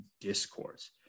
discourse